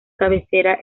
cabecera